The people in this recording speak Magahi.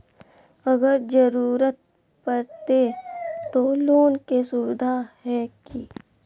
अगर जरूरत परते तो लोन के सुविधा है की?